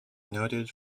noted